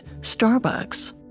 Starbucks